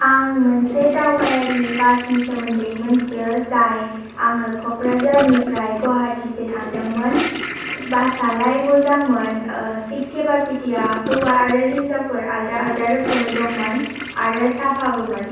आं मोनसे दावबायारि बासनि सोमोन्दै मोन्थियो जाय आङो क'क्राझारनिफ्राय गुवाहाटीसे थांदोंमोन बासालाय मोजां मोन सित केपासिटीआ हौवा आरो हिनजावफोर आलादा आलादा रोखोमै दंमोन आरो साफाबोमोन